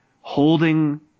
holding